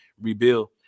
rebuild